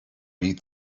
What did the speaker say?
beat